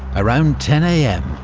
around ten am,